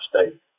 state